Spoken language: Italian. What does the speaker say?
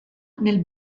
nel